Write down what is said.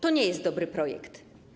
To nie jest dobry projekt.